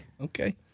Okay